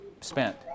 spent